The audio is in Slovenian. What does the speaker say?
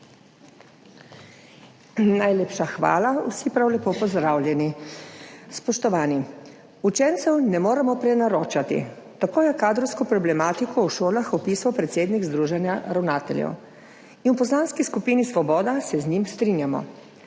Najlepša hvala. Vsi prav lepo pozdravljeni! Spoštovani! Učencev ne moremo prenaročati. Tako je kadrovsko problematiko v šolah opisal predsednik Združenja ravnateljev in v Poslanski skupini Svoboda se z njim strinjamo.